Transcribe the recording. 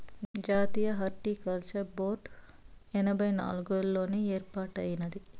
జాతీయ horticulture board ఎనభై నాలుగుల్లోనే ఏర్పాటైనాది